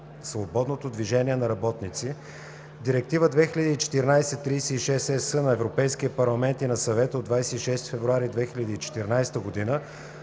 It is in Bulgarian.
свободното движение на работници, Директива 2014/36/ЕС на Европейския парламент и на Съвета от 26 февруари 2014 г.